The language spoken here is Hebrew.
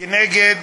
נגד